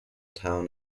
town